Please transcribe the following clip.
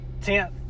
tenth